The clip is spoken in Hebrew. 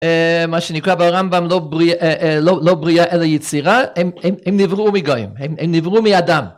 אהה מה שנקרא ברמב״ם לא בריאה אלא יצירה הם נבראו מגויים הם נבראו מאדם